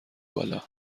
بالا